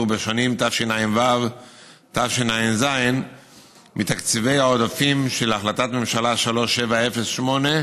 בשנים תשע"ו-תשע"ז מתקציבי העודפים של החלטת הממשלה 3708,